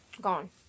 Gone